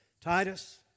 Titus